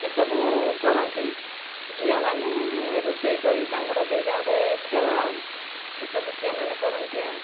ଏସବୁ କରନ୍ତି ଝିଅମାନେ ରୋଷେଇ କରି ତାଙ୍କର ସେଇଟା ଗୋଟେ ଖେଳ ଆଉ ଏସବୁ ଝିଅମାନେ କରନ୍ତି ଆଉ